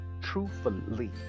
truthfully